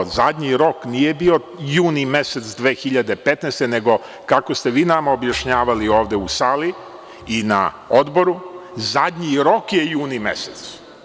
Zadnji rok nije bio juni mesec 2015. godine, nego kako ste vi nama objašnjavali ovde u sali i na odboru, zadnji rok je juni mesec.